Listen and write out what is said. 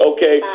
Okay